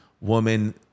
woman